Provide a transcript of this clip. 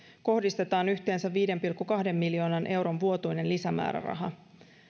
kohdistetaan yhteensä viiden pilkku kahden miljoonan euron vuotuinen lisämääräraha